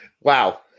Wow